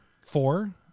four